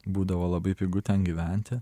būdavo labai pigu ten gyventi